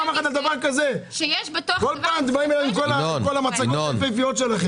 אבל אתה מתעלם מזה שיש --- כל פעם המצגות היפהפיות שלכם.